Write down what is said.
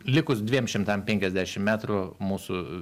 likus dviem šimtam penkiasdešimt metrų mūsų